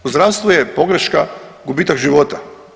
U zdravstvu je pogreška gubitak života.